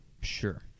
Sure